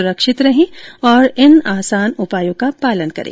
सुरक्षित रहें और इन तीन आसान उपायों का पालन करें